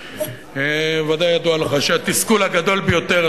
בוודאי ידוע לך שהתסכול הגדול ביותר,